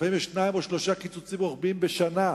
ולפעמים יש שניים או שלושה קיצוצים רוחביים בשנה.